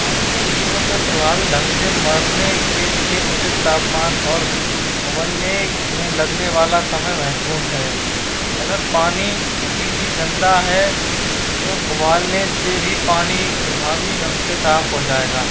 पानी में जीवों के प्रभावी ढंग से मरने के लिए उचित तापमान और उबलने में लगने वाला समय महत्तवपूर्ण है अगर पानी अभी भी गंदा है तो उबालने से भी पानी प्रभावी ढंग से साफ़ हो जाएगा